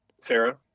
Sarah